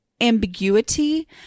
ambiguity